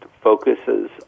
focuses